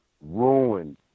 ruined